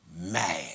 mad